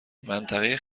منطقه